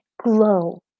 Glow